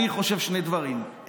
אני חושב שני דברים,